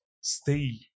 stay